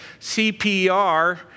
CPR